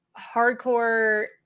hardcore